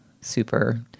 super